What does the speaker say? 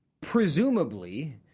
presumably